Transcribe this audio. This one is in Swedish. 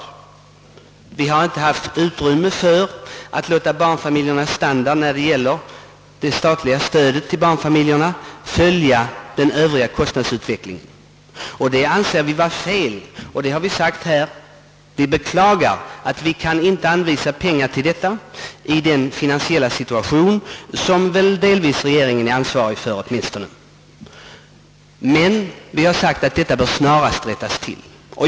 Det har inte funnits utrymme för att låta det statliga stödet till barnfamiljerna följa kostnadsutvecklingen i övrigt, och det anser reservanterna våra fel. Man har sagt att det är beklagligt att man inte kan anvisa pengar till detta ändamål i den finansiella situation som regeringen väl åtminstone är ansvarig för, och vi anser att detta snarast bör rättas till.